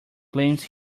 blames